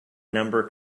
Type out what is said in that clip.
number